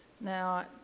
Now